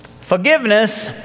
Forgiveness